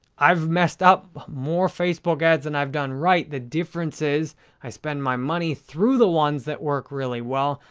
i've messed up more facebook ads than and i've done right. the difference is i spend my money through the ones that work really well.